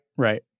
Right